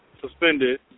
suspended